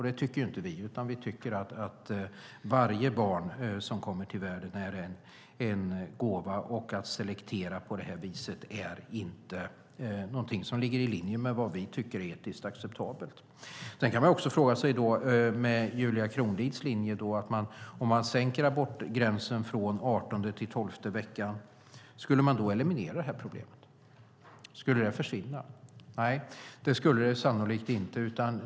Det tycker inte vi, utan vi tycker att varje barn som kommer till världen är en gåva. Att selektera på det här viset är inget som ligger i linje med vad vi tycker är etiskt acceptabelt. Sedan kan man med Julia Kronlids linje fråga sig: Om man sänker abortgränsen från den artonde till den tolfte veckan, skulle man då eliminera problemet? Skulle det försvinna? Nej, det skulle det sannolikt inte.